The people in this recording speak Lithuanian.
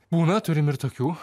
būna turim ir tokių